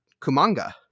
Kumanga